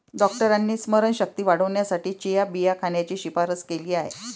डॉक्टरांनी स्मरणशक्ती वाढवण्यासाठी चिया बिया खाण्याची शिफारस केली आहे